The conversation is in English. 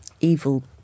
evil